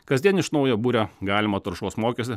kasdien iš naujo būria galimą taršos mokestį